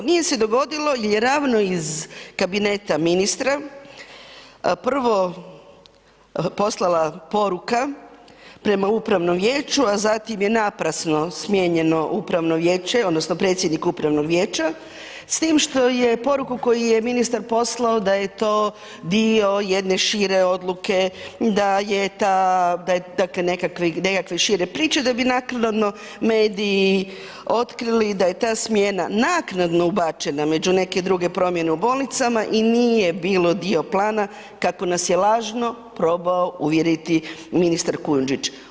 Nije se dogodilo jer je ravno iz Kabineta ministra prvo poslala poruka prema Upravnom vijeću, a zatim je naprasno smijenjeno Upravno vijeće odnosno predsjednik Upravnog vijeća, s tim što je poruku koju je ministar poslao da je to dio jedne šire odluke, dakle nekakve šire priče da bi naknadno mediji otkrili da je ta smjena naknadno ubačena među neke promjene u bolnicama i nije bilo dio plana kako nas je lažno probao uvjeriti ministar Kujundžić.